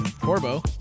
Corbo